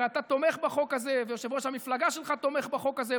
הרי אתה תומך בחוק הזה ויושב-ראש המפלגה שלך תומך בחוק הזה,